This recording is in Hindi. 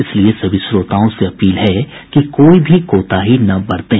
इसलिए सभी श्रोताओं से अपील है कि कोई भी कोताही न बरतें